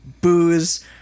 booze